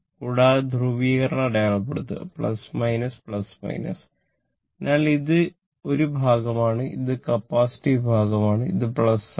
കൂടാതെ ധ്രുവീകരണം അടയാളപ്പെടുത്തുക അതിനാൽ ഇത് ഒരു ഭാഗമാണ് ഇത് കാപ്പാസിറ്റിവ് ഭാഗമാണ് ഇത് ഇതാണ്